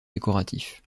décoratifs